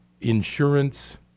insurance